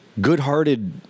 good-hearted